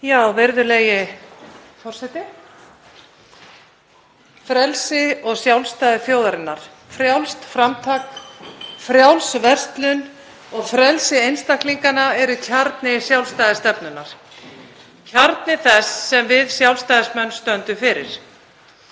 Virðulegi forseti. Frelsi og sjálfstæði þjóðarinnar, frjálst framtak, frjáls verslun og frelsi einstaklinganna er kjarni sjálfstæðisstefnunnar, kjarni þess sem við sjálfstæðismenn stöndum fyrir.